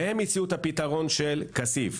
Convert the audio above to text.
הם הציעו את הפתרון של כסיף.